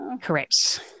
Correct